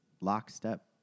lockstep